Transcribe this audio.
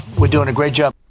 we're doing a great job.